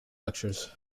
lectures